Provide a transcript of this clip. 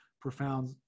profound